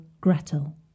Gretel